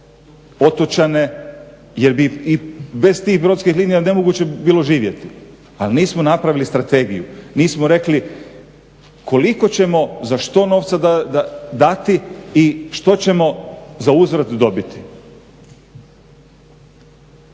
otočane jer bi i bez tih brodskih linija nemoguće bilo živjeti. Ali nismo napravili strategiju, nismo rekli koliko ćemo za što novca dati i što ćemo zauzvrat dobiti.